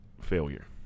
failure